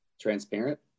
transparent